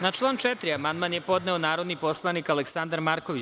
Na član 4. amandman je podneo narodni poslanik Aleksandar Marković.